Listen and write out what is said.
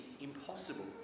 impossible